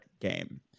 game